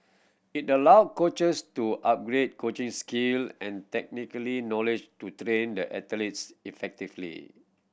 it allow coaches to upgrade coaching skill and technically knowledge to train the athletes effectively